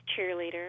cheerleader